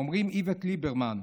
אומרים איווט ליברמן,